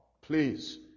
please